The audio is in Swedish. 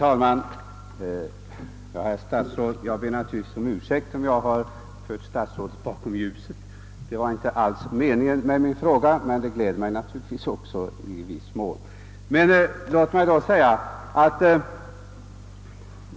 Herr talman! Jag ber om ursäkt om jag fört statsrådet bakom ljuset. Det var inte avsikten med min fråga. Men i viss mån gläder det mig kanske.